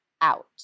out